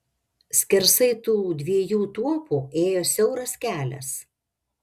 skersai tų dviejų tuopų ėjo siauras kelias